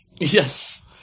Yes